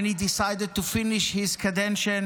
when he decided to finish his term of office,